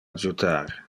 adjutar